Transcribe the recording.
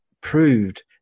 proved